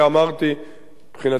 מבחינתי אין בהם חידוש גדול.